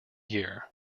year